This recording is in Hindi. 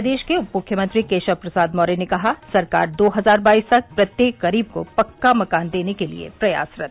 प्रदेश के उप मुख्यमंत्री केशव प्रसाद मौर्य ने कहा सरकार दो हजार बाईस तक प्रत्येक गरीब को पक्का मकान देने के लिए प्रयासरत